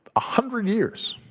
hundred years